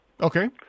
Okay